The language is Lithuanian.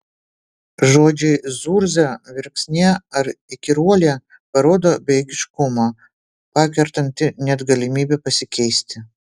žodžiai zurza verksnė ar įkyruolė parodo bejėgiškumą pakertantį net galimybę pasikeisti